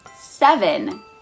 seven